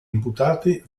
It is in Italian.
imputati